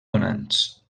donants